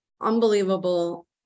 unbelievable